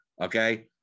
Okay